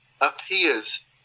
appears